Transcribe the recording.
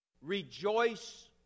Rejoice